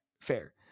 fair